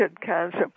cancer